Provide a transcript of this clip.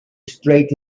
straight